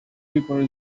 reaper